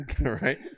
Right